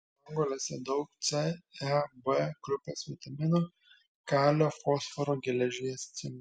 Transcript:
spanguolėse daug c e b grupės vitaminų kalio fosforo geležies cinko